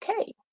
Okay